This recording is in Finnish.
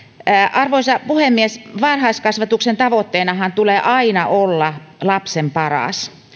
arvoisa puhemies varhaiskasvatuksen tavoitteenahan tulee aina olla lapsen paras